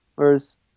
Whereas